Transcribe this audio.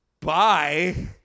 Bye